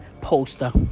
Poster